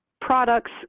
products